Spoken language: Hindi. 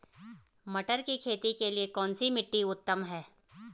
मटर की खेती के लिए कौन सी मिट्टी उत्तम है?